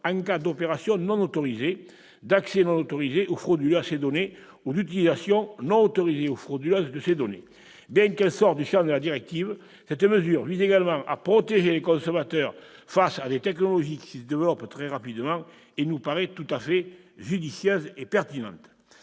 en cas d'opération non autorisée, d'accès non autorisé ou frauduleux à ces données ou d'utilisation non autorisée ou frauduleuse de ces données. Bien qu'elle sorte du champ de la directive, cette mesure vise également à protéger les consommateurs face à des technologies qui se développent très rapidement. Elle nous paraît tout à fait judicieuse et pertinente.